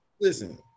listen